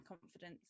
confidence